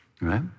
right